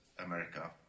america